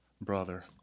brother